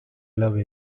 love